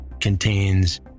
contains